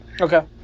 Okay